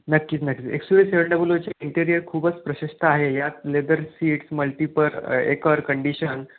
नक्कीच नक्कीच X U V seven double ओचे इंटेरियर खूपच प्रशस्त आहे यात लेदर सीट्स मल्टीपर एकर कंडिशन